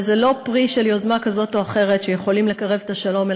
וזה לא פרי של יוזמה כזאת או אחרת שיכול לקרב את השלום,